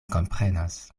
komprenas